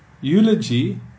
eulogy